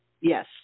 Yes